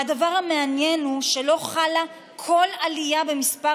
והדבר המעניין הוא שלא חלה כל עלייה במספר